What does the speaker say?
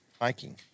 hiking